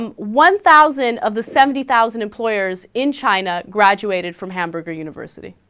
um one thousand of the seventy thousand employers in china graduated from hamburger university